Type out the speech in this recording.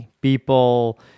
people